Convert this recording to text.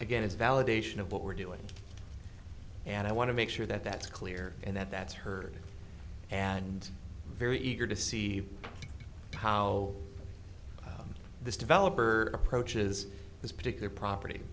again is validation of what we're doing and i want to make sure that that's clear and that's heard and very eager to see how this developer approaches this particular property